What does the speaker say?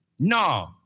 No